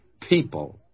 people